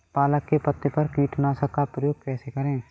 पालक के पत्तों पर कीटनाशक का प्रयोग कैसे करें?